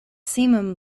simum